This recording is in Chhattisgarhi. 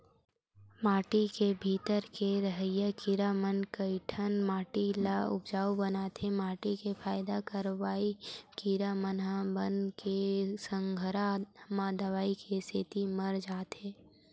माटी के भीतरी के रहइया कीरा म कइठन माटी ल उपजउ बनाथे माटी के फायदा करइया कीरा मन ह बन के संघरा म दवई के सेती मर जाथे